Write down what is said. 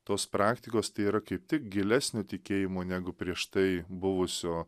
tos praktikos tai yra kaip tik gilesnio tikėjimo negu prieš tai buvusio